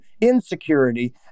insecurity